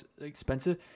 expensive